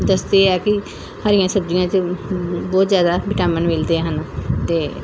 ਦੱਸਦੇ ਆ ਕਿ ਹਰੀਆਂ ਸਬਜ਼ੀਆਂ 'ਚ ਬਹੁਤ ਜ਼ਿਆਦਾ ਵਿਟਾਮਿਨ ਮਿਲਦੇ ਹਨ ਅਤੇ